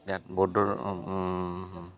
ইয়াত